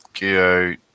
go